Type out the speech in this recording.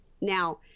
Now